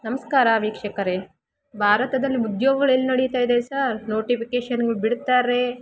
ನಮಸ್ಕಾರ ವೀಕ್ಷಕರೆ ಭಾರತದಲ್ಲಿ ಉದ್ಯೋಗಗಳು ಎಲ್ಲಿ ನಡೀತಾಯಿದೆ ಸಾರ್ ನೋಟಿಫಿಕೇಶನ್ಗಳು ಬಿಡ್ತಾರೆ